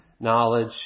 knowledge